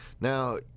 now